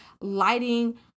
lighting